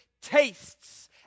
tastes